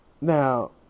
Now